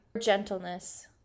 gentleness